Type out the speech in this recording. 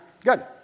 Good